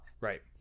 right